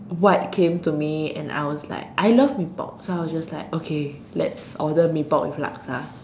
what came to me and I was like I love MeePok so I was just like okay let's order Mee-Pok with Laksa